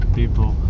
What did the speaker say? people